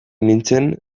nintzen